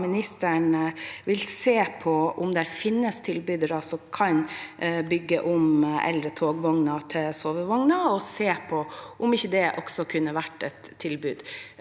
ministeren vil se på om det finnes tilbydere som kan bygge om eldre togvogner til sovevogner – om ikke det kunne vært et tilbud